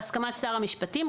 בהסכמת שר המשפטים,